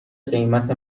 قیمت